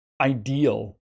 ideal